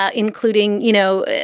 ah including, you know,